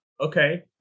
okay